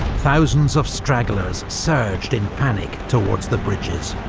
thousands of stragglers surged in panic towards the bridges.